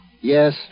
Yes